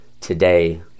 today